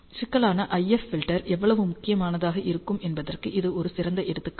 சிக்கலான IF filter எவ்வளவு முக்கியமானதாக இருக்கும் என்பதற்கு இது ஒரு சிறந்த எடுத்துக்காட்டு